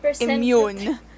immune